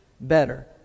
better